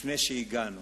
לפני שהגענו.